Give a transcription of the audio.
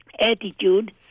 attitude